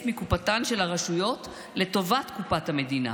מקופתן של הרשויות לטובת קופת המדינה.